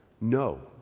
No